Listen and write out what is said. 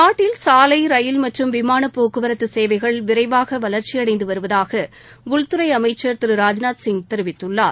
நாட்டில் சாலை விமானம் மற்றும் ரயில் போக்குவரத்து சேவைகள் விரைவாக வளர்ச்சியடைந்து வருவதாக உள்துறை அமைச்சர் திரு ராஜ்நாத் சிங் தெரிவித்துள்ளார்